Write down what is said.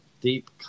deep